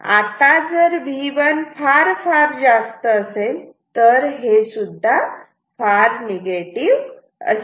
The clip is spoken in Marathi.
आता जर V1 फार फार जास्त असेल तर हे सुद्धा फार निगेटिव्ह असेल